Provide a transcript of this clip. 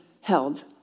held